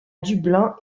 dublin